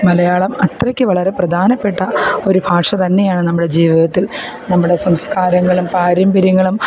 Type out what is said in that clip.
മലയാളം അത്രയ്ക്ക് വളരെ പ്രധാനപ്പെട്ട ഒരു ഭാഷ തന്നെയാണ് നമ്മുടെ ജീവിതത്തിൽ നമ്ട സംസ്കാരങ്ങളും പാരമ്പര്യങ്ങളും